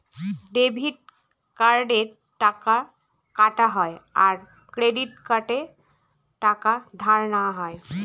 debit কার্ডে টাকা কাটা হয় আর ক্রেডিট কার্ডে টাকা ধার নেওয়া হয়